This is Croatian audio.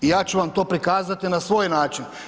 I ja ću vam to prikazati na svoj način.